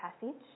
passage